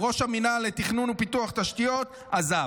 ראש המינהל לתכנון ופיתוח תשתיות עזב.